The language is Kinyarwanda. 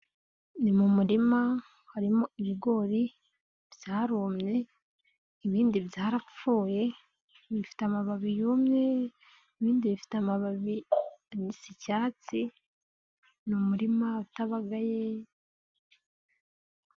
Ni mu murima harimo ibigori byarumye ibindi byarapfuye bifite amababi yumye ibindi bifite amababi bisa icyatsi ni umurima utabagaye.